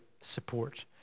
support